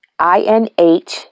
I-N-H